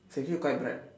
she said quite bright